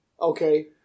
Okay